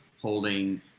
holding